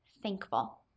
Thankful